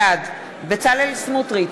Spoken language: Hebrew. בעד בצלאל סמוטריץ,